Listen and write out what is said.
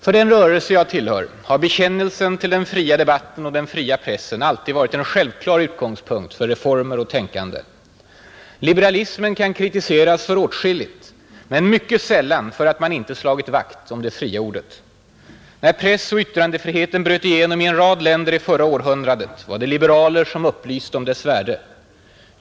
För den rörelse jag tillhör har bekännelsen till den fria debatten och den fria pressen alltid varit en självklar utgångspunkt för reformer och tänkande. Liberalismen kan kritiseras för åtskilligt men mycket sällan för att man inte slagit vakt om det fria ordet. När pressoch yttrandefriheten bröt igenom i en rad länder i förra århundradet var det liberaler som upplyste om dess värde.